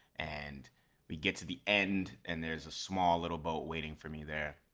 and we get to the end and there's a small little boat waiting for me there.